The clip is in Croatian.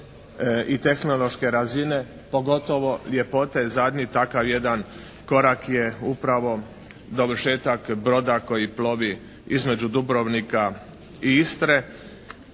i tehnološke razine. Pogotovo je potez zadnji takav jedan korak je upravo dovršetak broda koji plovi između Dubrovnika i Istre